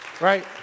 Right